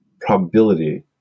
probability